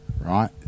right